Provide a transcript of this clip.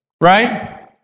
Right